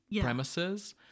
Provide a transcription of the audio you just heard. premises